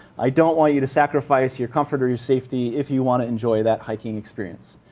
i don't want you to sacrifice your comfort or your safety if you want to enjoy that hiking experience.